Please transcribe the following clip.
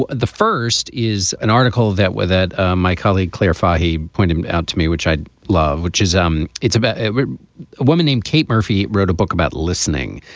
ah the first is an article that with that ah my colleague clarify. he pointed out to me, which i love, which is, um, it's about a woman named kate murphy, wrote a book about listening,